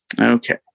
Okay